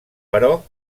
però